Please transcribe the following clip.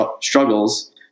struggles